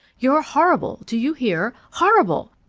you're horrible do you hear horrible!